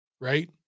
right